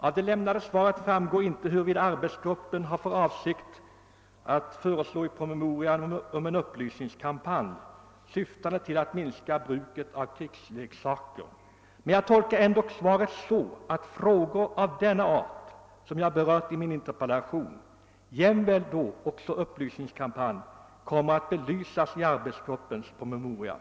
Av det lämnade svaret framgår inte huruvida arbetsgruppen har för avsikt att i promemorian föreslå en upplysningskampanj, syftande till att minska bruket av krigsleksaker, men jag tolkar ändock svaret så att frågor av den art som jag berört i min interpellation, innefattande bl.a. en sådan kampanj, kommer att belysas i arbetsgruppens promemoria.